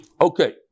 Okay